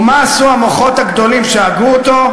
מה עשו המוחות הגדולים שהגו אותו?